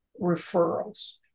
referrals